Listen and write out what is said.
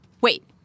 wait